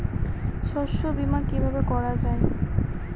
শস্য বীমা কিভাবে করা যায়?